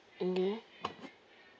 mm K